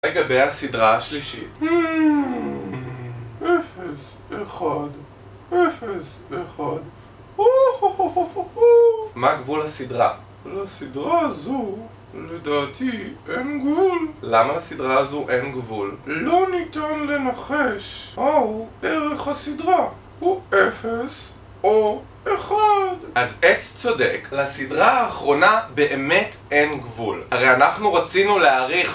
לגבי הסדרה השלישית. 0 1 0 1. מה גבול הסדרה? לסדרה הזו לדעתי אין גבול. למה הסדרה הזו אין גבול? לא ניתן לנחש מהו ערך הסדרה הוא 0 או 1. אז עץ צודק לסדרה האחרונה באמת אין גבול הרי אנחנו רצינו להעריך